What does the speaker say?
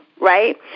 right